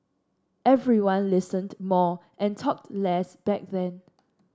everyone listened more and talked less back then